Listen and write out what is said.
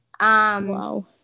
wow